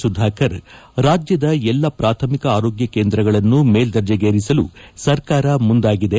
ಸುಧಾಕರ್ ರಾಜ್ಜದ ಎಲ್ಲಾ ಪ್ರಾಥಮಿಕ ಆರೋಗ್ಯ ಕೇಂದ್ರಗಳನ್ನು ಮೇಲ್ವರ್ಜೆಗೇರಿಸಲು ಸರ್ಕಾರ ಮುಂದಾಗಿದೆ